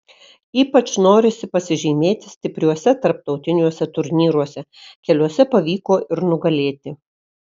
ypač norisi pasižymėti stipriuose tarptautiniuose turnyruose keliuose pavyko ir nugalėti